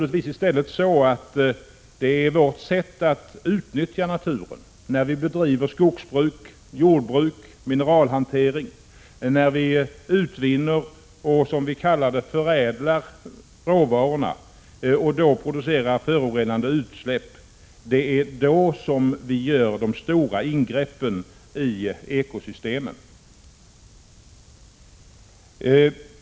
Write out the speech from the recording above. I stället är det vårt sätt att utnyttja naturen — då vi bedriver skogsbruk, jordbruk eller mineralhantering, då vi utvinner och, som vi kallar det, förädlar råvarorna — som innebär stora ingrepp i ekosystemen.